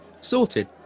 sorted